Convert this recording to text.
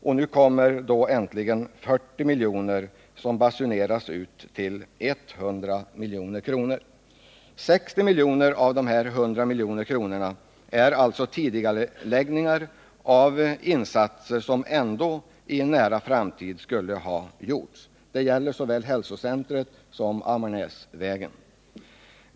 Och nu kommer äntligen 40 milj.kr. som basuneras ut som 100 milj.kr. — 60 miljoner av dessa 100 miljoner gäller alltså tidigareläggning av insatser som ändå i en nära framtid skulle ha gjorts. Det gäller såväl hälsocentret som Ammarnäsvägen.